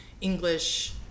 English